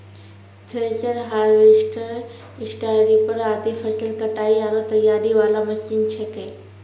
thresher, harvester, स्टारीपर आदि फसल कटाई आरो तैयारी वाला मशीन छेकै